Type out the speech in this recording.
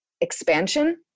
expansion